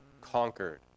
conquered